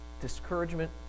Discouragement